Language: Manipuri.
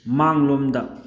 ꯃꯥꯡꯂꯣꯝꯗ